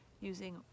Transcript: using